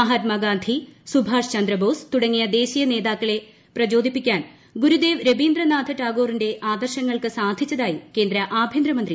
മഹാത്മാഗാന്ധി സുഭാഷ് ചന്ദ്രബോസ് തുടങ്ങിയ ദേശീയ നേതാക്കളെ പ്രചോദിപ്പിക്കാൻ ഗുരുദേവ് രവീന്ദ്രനാഥ ടാഗോറിന്റെ ആദർശങ്ങൾക്ക് സാധിച്ചതായി ആഭ്യന്തരമന്ത്രി